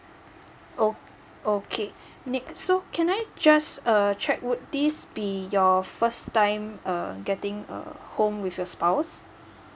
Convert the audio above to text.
o~ o~ okay nick so can I just uh check would this be your first time uh getting a home with your spouse